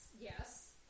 yes